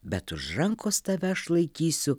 bet už rankos tave aš laikysiu